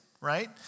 right